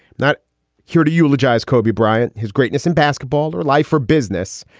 not here to eulogize kobe bryant. his greatness in basketball or life for business.